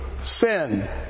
sin